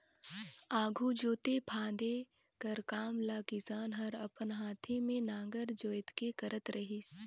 आघु जोते फादे कर काम ल किसान हर अपन हाथे मे नांगर जोएत के करत रहिस